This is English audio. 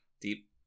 deep